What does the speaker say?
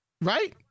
Right